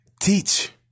Teach